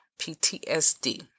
PTSD